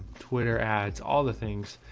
twitter ads, all the things.